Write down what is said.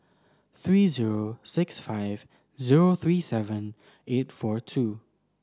three zero six five zero three seven eight four two